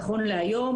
נכון להיום,